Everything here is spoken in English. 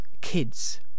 kids